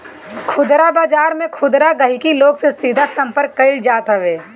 खुदरा बाजार में खुदरा गहकी लोग से सीधा संपर्क कईल जात हवे